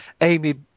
Amy